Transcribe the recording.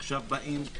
עכשיו באים,